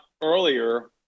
earlier